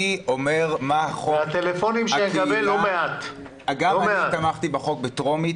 גם אני תמכתי בהצעת החוק בקריאה הטרומית